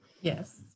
Yes